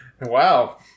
wow